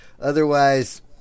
otherwise